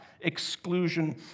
exclusion